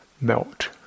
melt